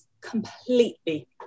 completely